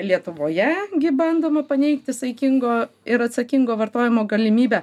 lietuvoje gi bandoma paneigti saikingo ir atsakingo vartojimo galimybę